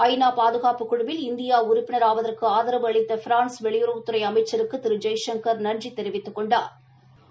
ஐ நா பாதுகாப்புக் குழுவில் இந்தியா உறுப்பினராவதற்கு ஆதரவு அளித்த பிரான்ஸ் வெளியுறவுத்துறை அமைச்சருக்கு திரு ஜெய்சங்கா் நன்றி தெரிவித்துக் கொண்டாா்